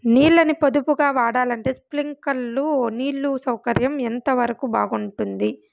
నీళ్ళ ని పొదుపుగా వాడాలంటే స్ప్రింక్లర్లు నీళ్లు సౌకర్యం ఎంతవరకు బాగుంటుంది?